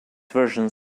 versions